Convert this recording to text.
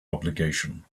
obligation